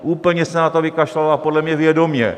Úplně se na to vykašlala a podle mě vědomě.